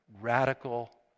radical